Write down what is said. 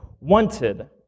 Wanted